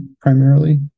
primarily